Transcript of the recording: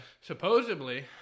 Supposedly